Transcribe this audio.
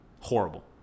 Horrible